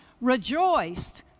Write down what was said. rejoiced